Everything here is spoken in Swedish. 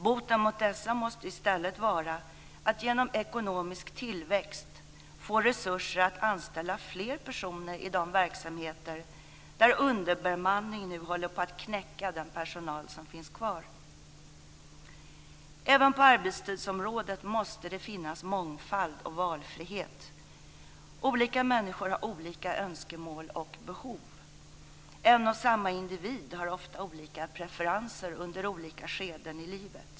Boten mot dessa måste i stället vara att genom ekonomisk tillväxt få resurser att anställa fler personer i de verksamheter där underbemanning nu håller på att knäcka den personal som finns kvar. Även på arbetstidsområdet måste det finnas mångfald och valfrihet. Olika människor har olika önskemål och behov. En och samma individ har ofta olika preferenser under olika skeden i livet.